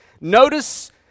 Notice